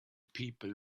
people